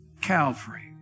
Calvary